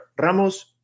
Ramos